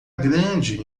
grande